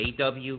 AW